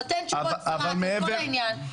נותן תשובות סרק לכל העניין,